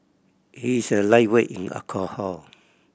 he is a lightweight in alcohol